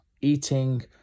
Eating